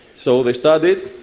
so they studied,